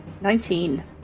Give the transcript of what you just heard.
Nineteen